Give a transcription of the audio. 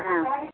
ಹಾಂ